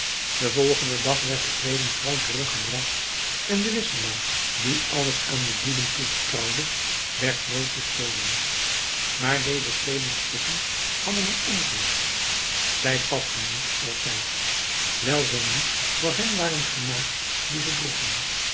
den volgenden dag werd de kleeding trouw teruggebracht en de wisselaar die alles aan de dieven toevertrouwde werd nooit bestolen maar deze kleedingstukken hadden een ongerief zij pasten niet altijd wijl zij niet voor hen waren gemaakt die ze droegen